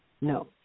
No